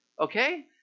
okay